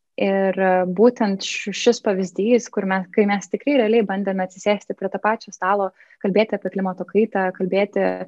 ir būtent šis pavyzdys kur mes kai mes tikrai realiai bandėme atsisėsti prie to pačio stalo kalbėti apie klimato kaitą kalbėti